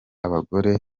abagore